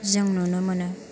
जों नुनो मोनो